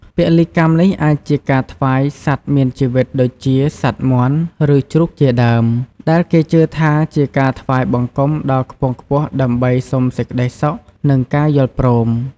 ពលីកម្មនេះអាចជាការថ្វាយសត្វមានជីវិតដូចជាសត្វមាន់ ឬជ្រូក ជាដើម ដែលគេជឿថាជាការថ្វាយបង្គំដ៏ខ្ពង់ខ្ពស់ដើម្បីសុំសេចក្តីសុខ និងការយល់ព្រម។